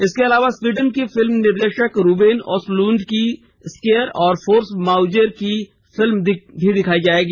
इसके अलावा स्वीडन के फिल्म निर्देशक रूबेन ओसलुंड की स्केयर और फोर्स माजेउर फिल्म भी दिखाई जायेगी